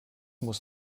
muss